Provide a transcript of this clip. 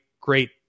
great